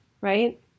right